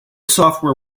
software